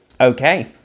Okay